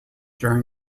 during